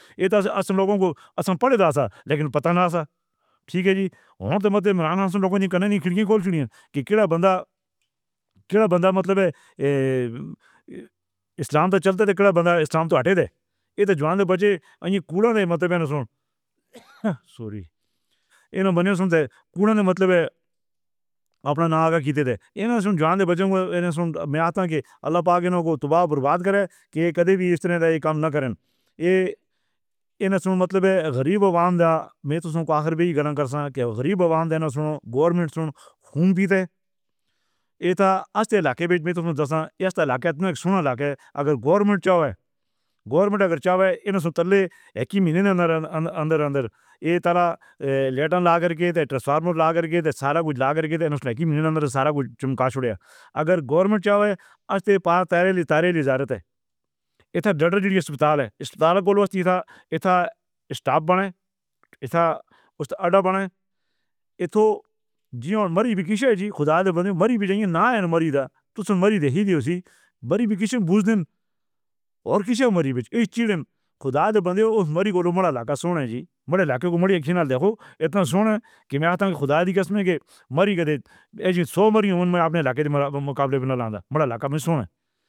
شری نواس سماج کے لوگاں کو اصل وچ پڑھے دا سی لیکن پتہ نہ سی۔ ٹھیک ہے جی، تہاڈے لوگاں نے کنئی کھڑکی کھولی ہے کہ کڈھا بندہ۔ کڈھا بندہ مطلب ہے اسلام دا چلن۔ باندا اسلام تو ہٹے دے۔ ایہ تاں جوان تو بچے ہی کُڑا نہیں مطلب۔ سوری انہاں نے کُڑا نہیں مطلب ہے۔ اپنا نہ کیتے سن۔ انہاں نے جوان بچے کوں میں آندا ہے اللہ پاکی نہ ہو تباہ برباد کرین کہ کدی وی ایس طرح دا کم نہ کرین۔ ایہ انساں مطلب غریب عوام میں تو آخر وی گنتی دے غریب عوام سنو۔ گورمنٹ سنو خون پیندے نی۔ ایتھے استی علاقے وچ تو دس۔ ایس علاقے کوں سنا۔ علاقے اگر گورنمنٹ چاۓ۔ گورنمنٹ اگر انٹرنل لپی دے اندر اندر ایٹالا لائٹاں لگا کے ٹرانسفارمر لگا کے سارا کجھ لگا کے سارا کجھ چھپا چھڑا۔ اگر گورنمنٹ چاۓ استی پارٹی تارے لبریٹ۔ اک ڈاکٹر جی ہسپتال ہے۔ ہسپتال کولواتی دا ایتھے سٹاف بنے ہے اسے اڈہ بنے ہو۔ جیون میری وی کسے نے جی خدا بن گئی۔ مری وی چاہیے نہ مریدہ۔ تس مری دیکھی سی۔ اسی باری وچ کس بوژ دن اور کسے نے مری بجٹ ایس چیز خدا بنے اس مری کول مڑا لا کے سن جی وڈے لکھ کوں ماریا کے نال دیکھو ایتنا سونا کے میں خدا دی قسم کہ مری دے تیزی نال عمر اپنے لائق مقابلے وچ لاندا مڑا لا کے سونا۔